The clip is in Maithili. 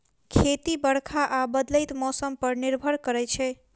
खेती बरखा आ बदलैत मौसम पर निर्भर करै छै